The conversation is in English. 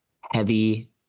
heavy